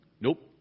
Nope